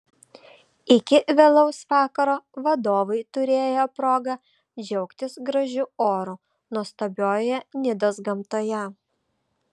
iki vėlaus vakaro vadovai turėjo progą džiaugtis gražiu oru nuostabioje nidos gamtoje